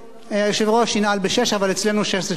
אבל אצלנו 18:00 זה 18:10. אם יהיה צורך,